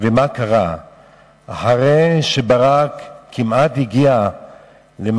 ומה קרה אחרי שברק כמעט הגיע למשא-ומתן?